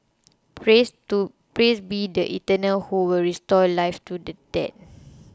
praise to praise be the Eternal who will restore life to the dead